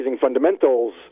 Fundamentals